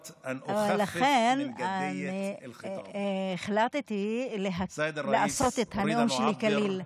לכן החלטתי לעשות את הנאום שלי קליל.